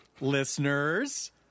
listeners